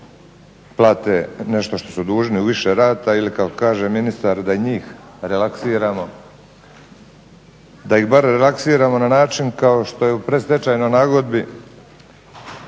plate nešto što su dužni u više rata ili kako kaže ministar da i njih relaksiramo, da ih bar relaksiramo na način kao što je u predstečajnoj nagodbi